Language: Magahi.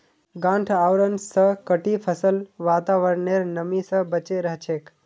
गांठ आवरण स कटी फसल वातावरनेर नमी स बचे रह छेक